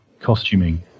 costuming